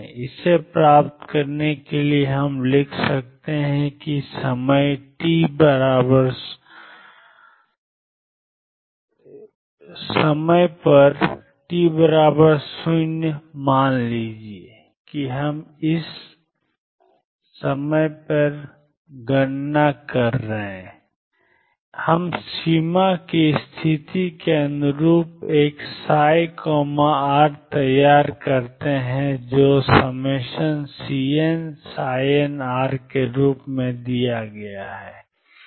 इसे प्राप्त करने के लिए हम लिख सकते हैं कि समय पर t0 मान लीजिए कि हम सीमा की स्थिति के अनुरूप एक ψ तैयार करते हैं जो ∑Cnnr के रूप में दिया गया है